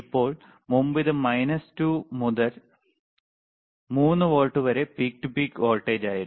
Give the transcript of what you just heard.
ഇപ്പോൾ മുമ്പ് ഇത് മൈനസ് 2 വോൾട്ട് മുതൽ 3 വോൾട്ട് വരെ പീക്ക് ടു പീക്ക് വോൾട്ടേജായിരുന്നു